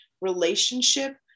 relationship